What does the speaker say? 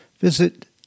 visit